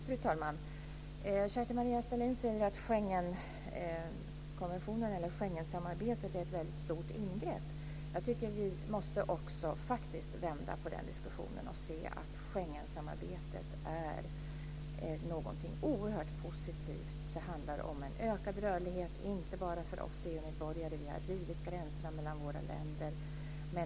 Fru talman! Kerstin-Maria Stalin säger att Schengensamarbetet är ett väldigt stort ingrepp. Jag tycker faktiskt att vi måste vända på den diskussionen och se att Schengensamarbetet är någonting oerhört positivt. Det handlar om en ökad rörlighet inte bara för oss EU-medborgare. Vi har rivit gränserna mellan våra länder.